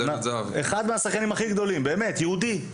אחד מהשחיינים הכי גדולים, יהודי,